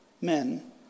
men